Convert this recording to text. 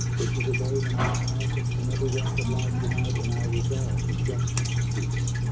this is a day when all americans from every walk of life unite in our resolve for justice and peace